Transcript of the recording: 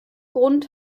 grund